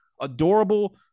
adorable